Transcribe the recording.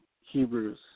Hebrews